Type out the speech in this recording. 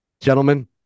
Gentlemen